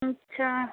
अच्छा